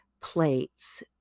plates